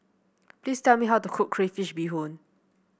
please tell me how to cook Crayfish Beehoon